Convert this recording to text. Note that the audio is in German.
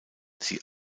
sie